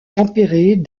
tempérées